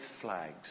flags